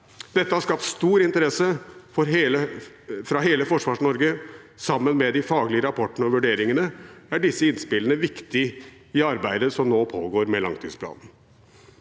Dette har skapt stor interesse fra hele Forsvars-Norge. Sammen med de faglige rapportene og vurderingene er disse innspillene viktige i arbeidet som nå pågår med langtidsplanen.